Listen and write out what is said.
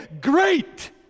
great